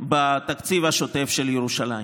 בתקציב השוטף של ירושלים.